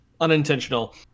unintentional